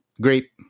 great